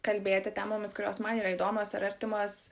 kalbėti temomis kurios man yra įdomios ir artimos